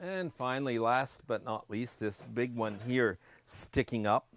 and finally last but not least this big one here sticking up